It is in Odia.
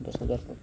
ଦଶ ହଜାର